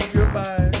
Goodbye